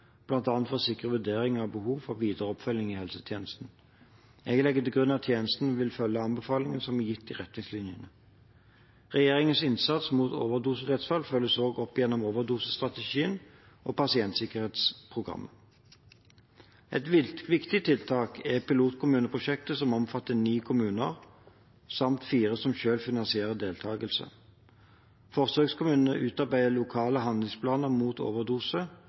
for å sikre vurdering av behov for videre oppfølging i helsetjenestene. Jeg legger til grunn at tjenestene vil følge anbefalingene som er gitt i retningslinjen. Regjeringens innsats mot overdosedødsfall følges også opp gjennom overdosestrategien og pasientsikkerhetsprogrammet. Et viktig tiltak er pilotkommuneprosjektet som omfatter ni kommuner, samt fire som selv finansierer deltakelse. Forsøkskommunene utarbeider lokale handlingsplaner mot overdose,